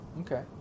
Okay